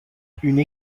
une